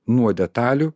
nuo detalių